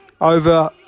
Over